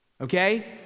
Okay